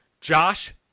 Josh